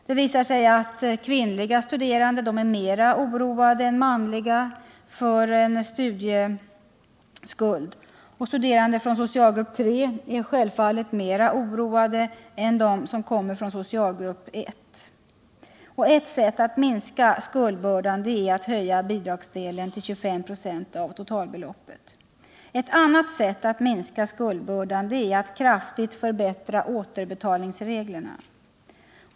Det visar sig att kvinnliga studerande är mera oroade än manliga för en studieskuld och att studerande från socialgrupp 3 är mer oroade än de från socialgrupp 1. Ett sätt att minska skuldbördan är att höja bidragsdelen till 25 96 av totalbeloppet. Ett annat sätt att minska skuldbördan är att kraftigt förbättra återbetalningsreglerna.